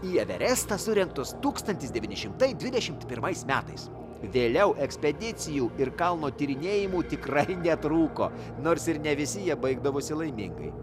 į everestą surengtos tūkstantis devyni šimtai dvidešimt pirmais metais vėliau ekspedicijų ir kalno tyrinėjimų tikrai netrūko nors ir ne visi jie baigdavosi laimingai